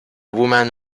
woman